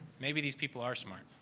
maybe these people are smart.